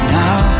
now